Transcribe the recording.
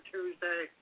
Tuesday